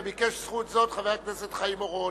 וביקש זכות זו חבר הכנסת חיים אורון.